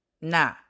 Nah